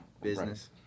business